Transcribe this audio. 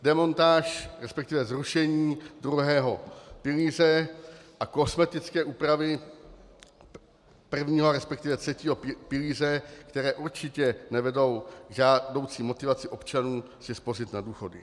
Demontáž, resp. zrušení druhého pilíře a kosmetické úpravy prvního a resp. třetího pilíře, které určitě nevedou k žádoucí motivaci občanů si spořit na důchody.